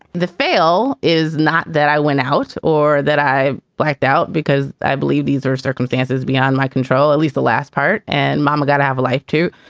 the fail is not that i went out or that i blacked out because i believe these are circumstances beyond my control, at least the last part and i'm gonna have a life, too.